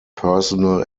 personal